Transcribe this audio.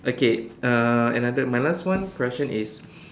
okay uh another my last one question is